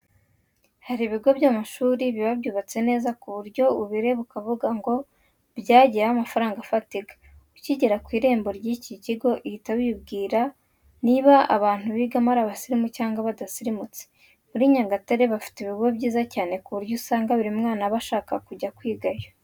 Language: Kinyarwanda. Hari ibigo by'amashuri biba byubatse neza ku buryo ubireba ukavuga ngo byagiyeho amafaranga afatika. Ukigera ku irembo ry'ikigo uhita wibwira niba abantu bigamo ari abasirimu cyangwa badasirimutse. Muri Nyagatare bafite ibigo byiza cyane ku buryo usanga buri mwana aba ashaka kujya kwigayo.